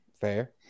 Fair